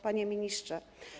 Panie Ministrze!